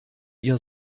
ihr